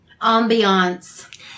ambiance